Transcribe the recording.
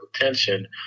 attention